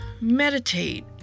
meditate